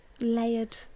layered